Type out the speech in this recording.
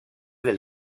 del